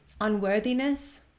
unworthiness